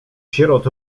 sierot